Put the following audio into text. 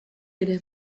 ere